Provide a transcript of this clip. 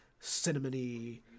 cinnamony